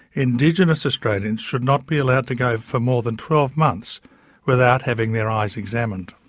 indigenous australians should not be allowed to go for more than twelve months without having their eyes examined.